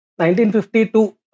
1952